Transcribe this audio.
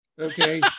okay